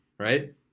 Right